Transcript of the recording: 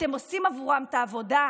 אתם עושים עבורם את העבודה.